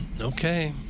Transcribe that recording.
Okay